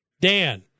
Dan